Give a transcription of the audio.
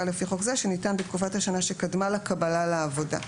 לפי חוק זה שניתן בתקופת השנה שקדמה לקבלה לעבודה."